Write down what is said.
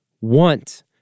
want